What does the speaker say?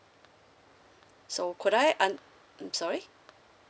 so could I un~ mm sorry